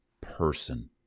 person